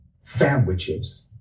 sandwiches